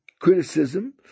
criticism